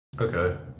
Okay